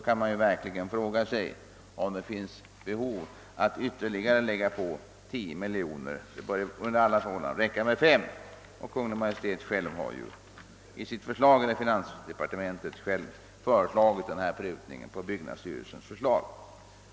Man kan verkligen fråga sig om det finns behov av att anslå ytterligare 10 miljoner kronor för detta ändamål. Det bör under alla förhållanden räcka med 5 miljoner kronor. Chefen för finansdepartementet har förut gjort en motsvarande prutning på byggnadsstyrelsens äskanden.